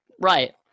Right